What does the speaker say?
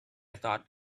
thought